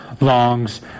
longs